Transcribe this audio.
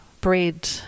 bread